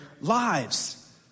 lives